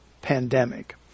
pandemic